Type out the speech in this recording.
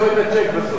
לא רואה את הצ'ק בסוף.